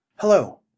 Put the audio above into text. Hello